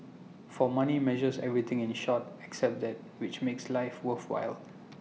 for money measures everything in short except that which makes life worthwhile